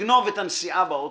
לגנוב את הנסיעה באוטובוס,